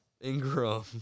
Ingram